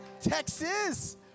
Texas